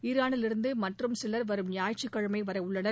ஈரானிலிருந்து மற்றும் சிலர் வரும் ஞாயிற்றுக்கிழமை வர உள்ளனர்